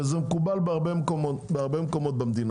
וזה מקובל בהרבה מקומות במדינה,